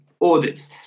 audits